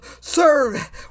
serve